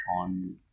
on